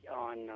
on